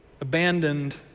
abandoned